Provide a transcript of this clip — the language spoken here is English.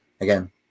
again